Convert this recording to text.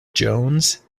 jones